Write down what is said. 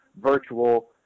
virtual